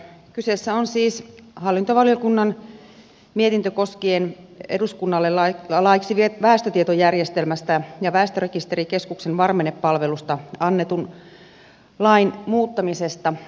kyseessä on siis hallintovaliokunnan mietintö koskien esitystä eduskunnalle laiksi väestötietojärjestelmästä ja väestörekisterikeskuksen varmennepalveluista annetun lain muuttamisesta